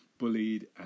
bullied